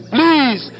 Please